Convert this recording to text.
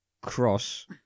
cross